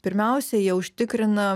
pirmiausia jie užtikrina